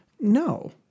No